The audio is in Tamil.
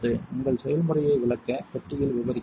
உங்கள் செய்முறையை விளக்க பெட்டியில் விவரிக்கலாம்